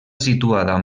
situada